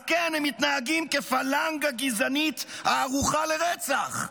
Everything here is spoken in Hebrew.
אז כן, הם מתנהגים כפלנגה גזענית הערוכה לרצח.